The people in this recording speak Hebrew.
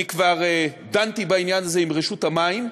אני כבר דנתי בעניין הזה עם רשות המים,